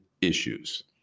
issues